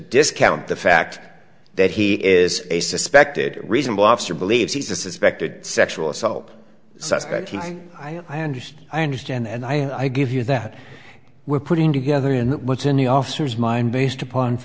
discount the fact that he is a suspected reasonable officer believes he's a suspected sexual assault suspect he i understand i understand and i give you that we're putting together in what's in the officer's mind based upon